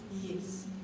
Yes